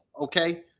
Okay